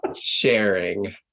sharing